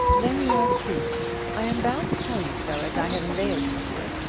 then you are foolish. i am bound to tell you so, as i have inveigled you here.